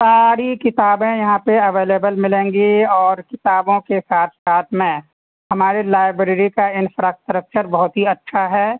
ساری کتابیں یہاں پہ اویلیبل ملیں گی اور کتابوں کے ساتھ ساتھ میں ہماری لائبریری کا انفرا اسٹکچر بہت ہی اچھا ہے